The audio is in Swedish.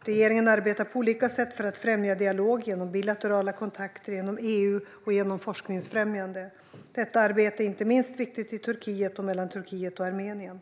Regeringen arbetar på olika sätt för att främja dialog genom bilaterala kontakter, genom EU och genom forskningsfrämjande. Detta arbete är inte minst viktigt i Turkiet och mellan Turkiet och Armenien.